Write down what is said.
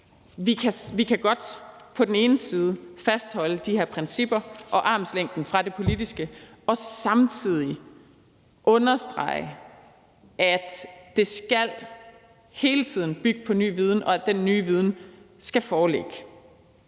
Vi kan godt på den ene side fastholde de her principper og armslængden fra det politiske og samtidig understrege, at det hele tiden skal bygge på ny viden, og at den nye viden skal foreligge.